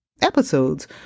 episodes